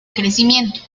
crecimiento